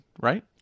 right